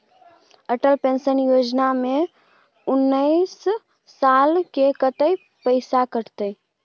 Atal pension योजना में उनैस साल के कत्ते पैसा कटते?